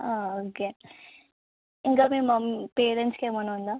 okay ఇంకా మీ mum పేరెంట్స్కి ఏమైనా ఉందా